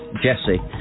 Jesse